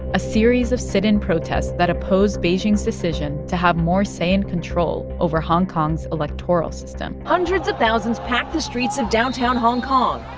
a series of sit-in protests that opposed beijing's decision to have more say and control over hong kong's electoral system hundreds of thousands packed the streets of downtown hong kong,